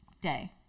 day